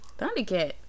Thundercat